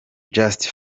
just